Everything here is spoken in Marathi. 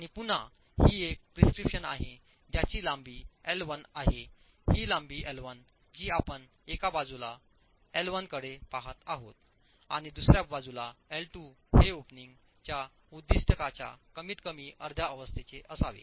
आणि पुन्हा ही एक प्रिस्क्रिप्शन आहे ज्याची लांबी एल 1 आहे ही लांबी एल 1 जी आपण एका बाजूला एल 1 कडे पहात आहोत आणि दुसर्या बाजूला एल 2 हे ओपनिंग च्या उद्दीष्टकाच्या कमीतकमी अर्ध्या अवस्थेचे असावे